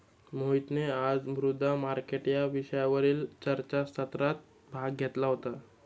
मोहितने आज मुद्रा मार्केट या विषयावरील चर्चासत्रात भाग घेतला होता